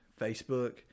Facebook